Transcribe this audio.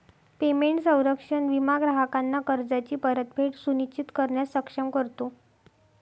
payment संरक्षण विमा ग्राहकांना कर्जाची परतफेड सुनिश्चित करण्यास सक्षम करतो